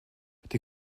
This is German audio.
die